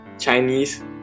Chinese